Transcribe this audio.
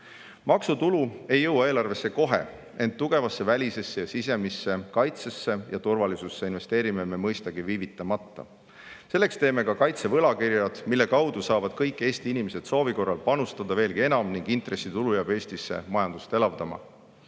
eurot. Maksutulu ei jõua eelarvesse kohe, ent tugevasse välisesse ja sisemisse kaitsesse ja turvalisusse investeerime me mõistagi viivitamata. Selleks teeme ka kaitsevõlakirjad, mille kaudu saavad kõik Eesti inimesed soovi korral panustada veelgi enam ning intressitulu jääb Eestisse majandust